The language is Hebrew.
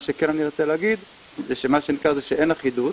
מה שכן אני ארצה להגיד זה שמה שניכר שאין אחידות